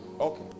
okay